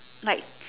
like